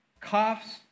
coughs